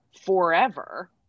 forever